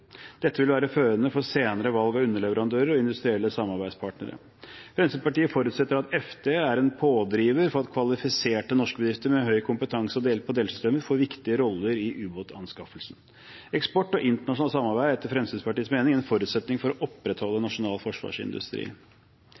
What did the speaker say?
Dette vil være førende for senere valg av underleverandører og industrielle samarbeidspartnere. Fremskrittspartiet forutsetter at FD er en pådriver for at kvalifiserte norske bedrifter med høy kompetanse på delsystemer får viktige roller i ubåtanskaffelsen. Eksport og internasjonalt samarbeid er etter Fremskrittspartiets mening en forutsetning for å opprettholde nasjonal forsvarsindustri.